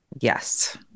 Yes